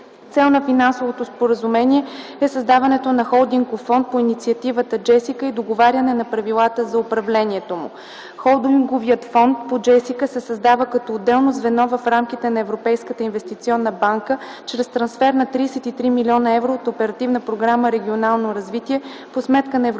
Цел на финансовото споразумение е създаването на Холдингов фонд по инициативата JESSICA и договаряне на правилата за управлението му. Холдинговият фонд по JESSICA се създава като отделно звено в рамките на Европейската инвестиционна банка чрез трансфер на 33 млн. евро от Оперативна програма „Регионално развитие” по сметка на Европейската инвестиционна банка.